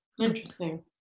Interesting